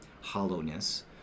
hollowness